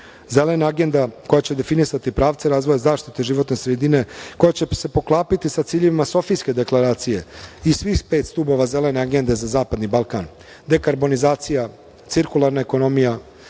Zelena agenda koja će definisati pravce razvoja zaštite životne sredine koja će se poklapati sa ciljevima Sofijske deklaracije i svih pet stubova zelene agende za Zapadni Balkana, dekarbonizacija, cirkularna ekonomija,